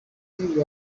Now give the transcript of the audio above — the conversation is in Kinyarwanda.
umuyobozi